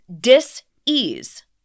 Dis-ease